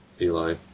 Eli